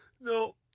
No